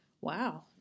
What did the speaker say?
Wow